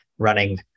running